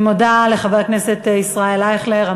אני מודה לחבר הכנסת ישראל אייכלר.